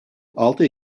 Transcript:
altı